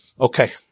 Okay